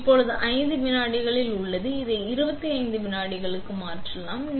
எனவே அது இப்போது 5 வினாடிகளில் உள்ளது நாங்கள் அதை 25 வினாடிகளுக்கு மாற்றலாம்